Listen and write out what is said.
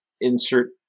insert